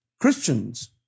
Christians